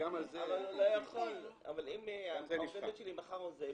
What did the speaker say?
אם העובדת שלי מחר עוזבת,